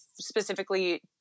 specifically